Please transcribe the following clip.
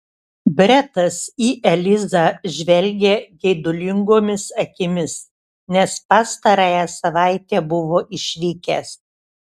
bretas į elizą žvelgė geidulingomis akimis nes pastarąją savaitę buvo išvykęs